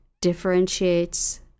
differentiates